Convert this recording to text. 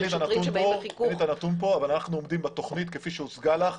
אין לי את הנתון כאן אבל אנחנו עומדים בתוכנית כפי שהוצגה לך,